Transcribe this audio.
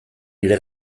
hire